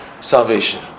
salvation